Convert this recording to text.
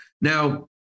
Now